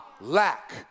lack